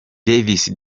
davis